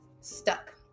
stuck